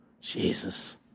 Jesus